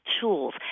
tools